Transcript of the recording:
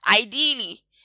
ideally